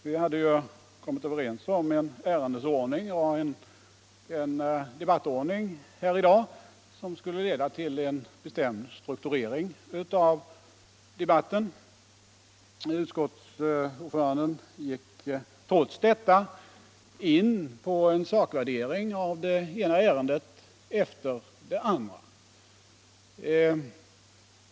Vi hade ju kommit överens om en ärendeuppdelning och en debattordning i dag som skulle leda till en bestämd strukturering — Granskningsarbeav diskussionen. Utskottsordföranden gick trots detta in på en sakvär — tets omfattning och dering av det ena ärendet efter det andra.